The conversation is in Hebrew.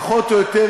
פחות או יותר,